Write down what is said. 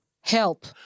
help